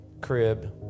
crib